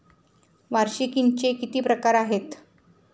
वार्षिकींचे किती प्रकार आहेत?